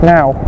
Now